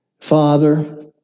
father